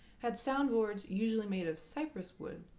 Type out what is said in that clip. had soundboards usually made of cypress wood,